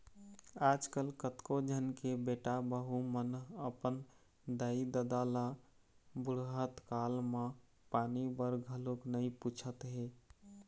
आजकल कतको झन के बेटा बहू मन अपन दाई ददा ल बुड़हत काल म पानी बर घलोक नइ पूछत हे